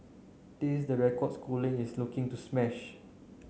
this is the record schooling is looking to smash